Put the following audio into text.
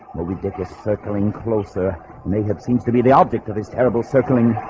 we did this circling closer may have seems to be the object of his terrible circling.